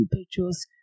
Pictures